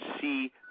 see